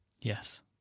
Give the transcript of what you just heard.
Yes